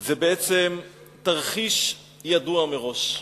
זה בעצם תרחיש, ידוע מראש.